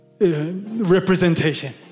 representation